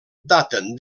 daten